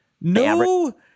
No